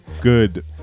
Good